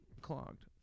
clogged